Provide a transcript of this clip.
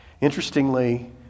Interestingly